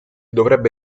dovrebbe